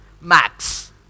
max